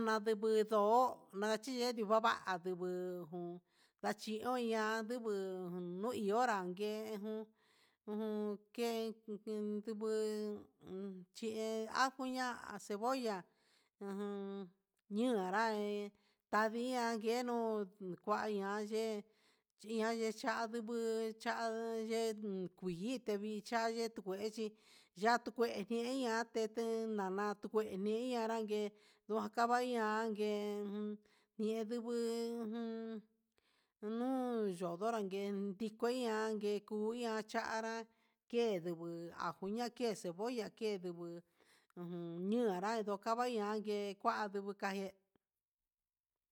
Nandive ndó nachive nduganrí nduju nachino iha niñonra nguen jun, ujun ken ujun ndunguu un chien ajo ña'a, cebolla chin anrague nadian nguenuu ku kua ña'a yen chinia chénda nduguu yap'a nde kuii kui tevichanyé tukuechí yatukué he hi ñatén ña'a tukue ni'i nianrangue ndua kavaian nguen ien nduguu un unu yunonra guen en ndikoña ken nguu iha chanrá keduu ajo ña'a ké cebolla kenduu uun niun anrandio kukava'a ñangue kua nduju kaye.